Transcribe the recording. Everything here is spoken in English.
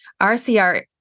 RCR